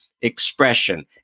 expression